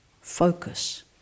focus